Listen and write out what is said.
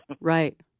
right